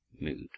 mood